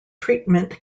treatment